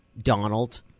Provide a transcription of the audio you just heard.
Donald